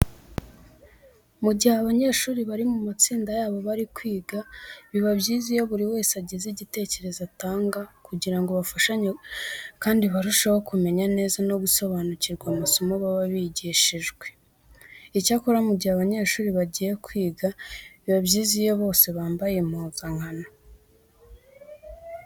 Mu gihe abanyeshuri bari mu matsinda yabo bari kwiga biba byiza iyo buri wese agize igitekerezo atanga kugira ngo bafashanye kandi barusheho kumenya neza no gusobanukirwa amasomo baba bigishijwe. Icyakora mu gihe abanyeshuri bagiye kwiga biba byiza iyo bose bambaye impuzankano.